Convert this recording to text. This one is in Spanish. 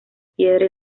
piedra